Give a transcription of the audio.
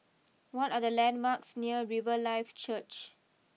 what are the landmarks near Riverlife Church